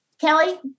Kelly